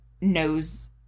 knows